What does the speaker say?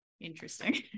Interesting